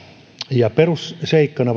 ja perusseikkana